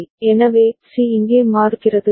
எனவே சி இங்கே மாறுகிறது சரி